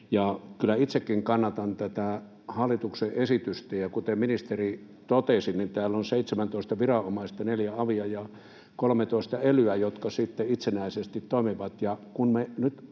itsekin kannatan tätä hallituksen esitystä. Kuten ministeri totesi, niin täällä on 17 viranomaista eli 4 avia ja 13 elyä, jotka sitten itsenäisesti toimivat.